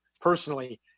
personally